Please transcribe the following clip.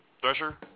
Thresher